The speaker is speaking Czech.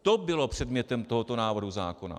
To bylo předmětem tohoto návrhu zákona.